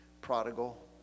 prodigal